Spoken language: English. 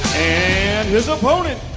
and his opponent!